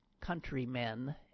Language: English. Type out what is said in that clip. countrymen